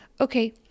Okay